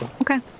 Okay